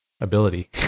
ability